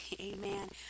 amen